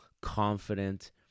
confident